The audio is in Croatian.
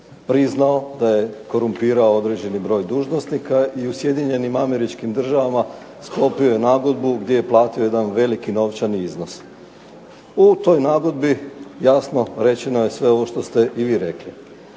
priznao da je korumpirao određeni broj dužnosnika i u Sjedinjenim Američkim Državama sklopio je nagodbu gdje je platio jedan veliki novčani iznos. U toj nagodbi, jasno rečeno je sve ovo što ste i vi rekli.